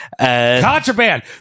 contraband